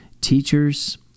teachers